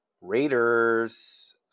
Raiders